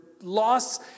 loss